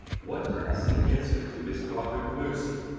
what is the answer to his proffered mercy?